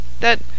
That